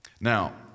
now